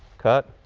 cut.